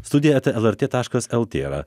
studija eta lrt taškas lt yra